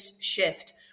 shift